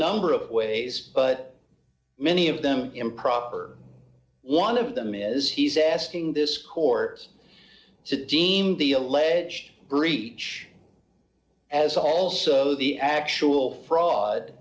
number of ways but many of them improper one of them is he's asking this court to deem the alleged breach as also the actual fraud